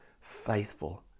faithful